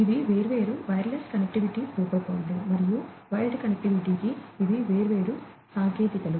ఇవి వేర్వేరు wireless connectivity ప్రోటోకాల్లు మరియు వైర్డు కనెక్టివిటీకి ఇవి వేర్వేరు సాంకేతికతలు